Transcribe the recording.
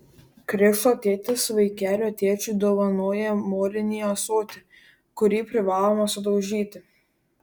krikšto tėtis vaikelio tėčiui dovanoja molinį ąsotį kurį privaloma sudaužyti